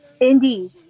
Indeed